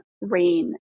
rain